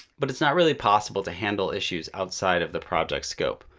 but it's not really possible to handle issues outside of the project's scope.